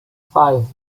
five